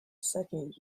second